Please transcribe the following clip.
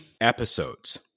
episodes